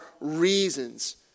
reasons